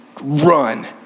run